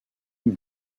une